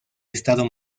estado